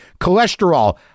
Cholesterol